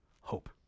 hope